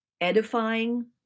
edifying